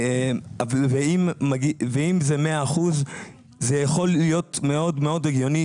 ואם זה 100% זה יכול להיות מאוד מאוד הגיוני